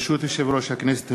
ברשות יושב-ראש הכנסת,